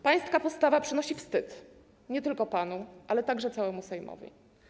Pańska postawa przynosi wstyd nie tylko panu, ale także całemu Sejmowi.